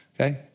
Okay